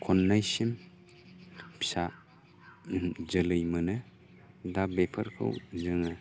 खननैसिम फिसा जोलै मोनो दा बेफोरखौ जोङो